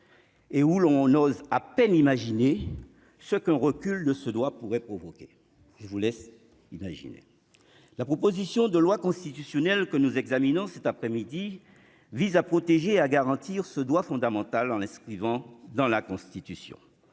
et où l'on ose à peine imaginer ce qu'un recul de ce droit pourrait provoquer, je vous laisse imaginer la proposition de loi constitutionnelle que nous examinons cet après-midi, vise à protéger à garantir ce droit fondamental en l'inscrivant dans la Constitution